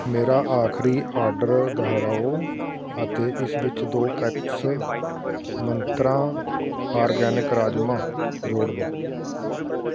ਮੇਰਾ ਆਖਰੀ ਆਰਡਰ ਦੁਹਰਾਓ ਅਤੇ ਇਸ ਵਿੱਚ ਦੋ ਪੈਕੇਟਸ ਮੰਤਰਾਂ ਆਰਗੈਨਿਕ ਰਾਜਮਾਂਹ ਜੋੜ ਦਿਉ